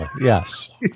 Yes